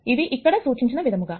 ఇవి ఇక్కడ సూచించిన విధంగా